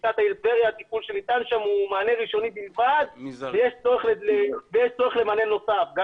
הטיפול שניתן שם הוא מענה ראשוני בלבד ויש צורך למענה נוסף.